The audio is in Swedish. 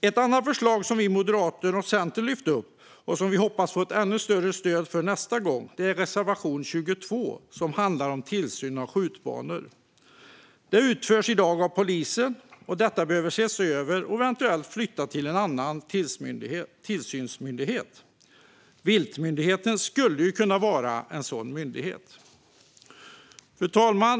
Ett annat förslag som vi moderater och Centern lyfter upp och som vi hoppas få ännu större stöd för nästa gång är reservation 22, som handlar om tillsynen av skjutbanor. Det utförs i dag av polisen. Detta behöver ses över och eventuellt flyttas till en annan tillsynsmyndighet. Viltmyndigheten skulle kunna vara en sådan myndighet. Fru talman!